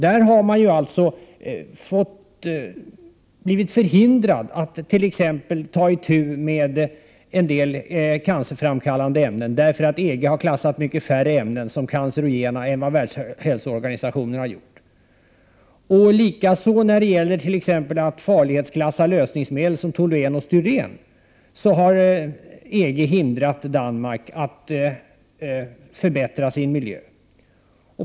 Där har man förhindrats att ta itu t.ex. med en del cancerframkallande ämnen, eftersom EG klassat mycket färre ämnen som cancerogena än vad Världshälsoorganisationen har gjort. När det gäller farlighetsklassning av lösningsmedel som toluen och styren har EG hindrat Danmark att förbättra sin miljö.